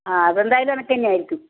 ആ അതെന്തായാലും എനിക്കുതന്നെയായിരിക്കും